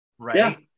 right